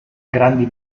grandi